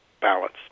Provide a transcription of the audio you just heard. balance